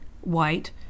white